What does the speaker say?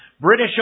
British